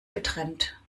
getrennt